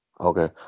Okay